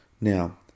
Now